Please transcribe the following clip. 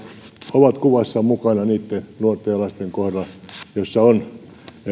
ovat kuvassa mukana niitten nuorten ja lasten kohdalla joilla on